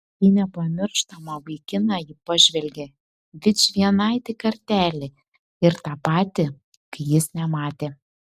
į nepamirštamą vaikiną ji pažvelgė vičvienaitį kartelį ir tą patį kai jis nematė